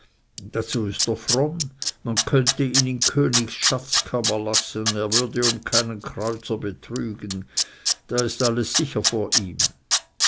dazu ist er fromm man könnte ihn in königs schatzkammer lassen er würde um keinen kreuzer betrügen da ist alles sicher vor ihm